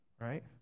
right